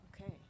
Okay